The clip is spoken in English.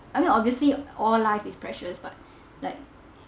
I mean obviously all life is precious but like